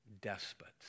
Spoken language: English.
despots